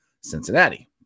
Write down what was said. Cincinnati